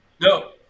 No